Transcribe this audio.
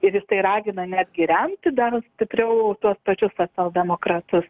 ir jisai ragina netgi remti dar stipriau tuos pačius socialdemokratus